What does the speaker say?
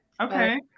Okay